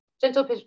Gentle